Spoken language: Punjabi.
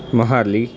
ਮੋਹਾਲੀ